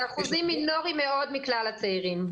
זה אחוזים מינוריים מאוד מכלל הצעירים,